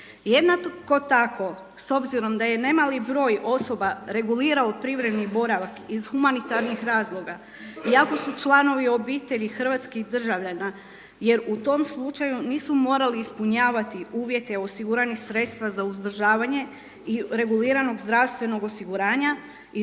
Jednako tako s obzirom da je nemali broj osoba regulirao privremeni boravak iz humanitarnih razloga i ako su članovi obitelji hrvatskih državljana jer u tom slučaju nisu morali ispunjavati uvjete osiguranih sredstava za uzdržavanje i reguliranog zdravstvenog osiguranja